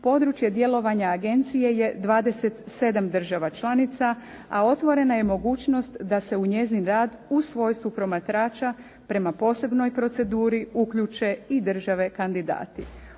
područje djelovanja agencije je 27 država članica, a otvorena je mogućnost da se u njezin rad u svojstvu promatrača, prema posebnoj proceduri uključe i države kandidati.